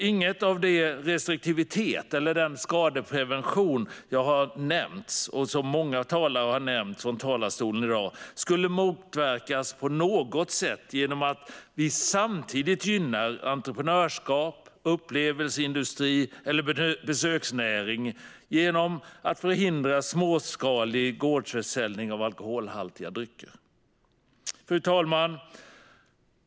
Inget av den restriktivitet eller den skadeprevention som jag har nämnt, och som många talare har nämnt här i dag, skulle på något sätt motverkas av att vi samtidigt gynnar entreprenörskap, upplevelseindustri eller besöksnäring genom småskalig gårdsförsäljning av alkoholhaltiga drycker. Fru talman!